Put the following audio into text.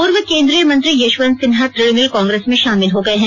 पूर्व केन्द्रीय मंत्री यशवंत सिन्हा तृणमूल कांग्रेस में शामिल हो गये हैं